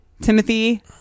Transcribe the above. Timothy